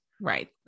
Right